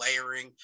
layering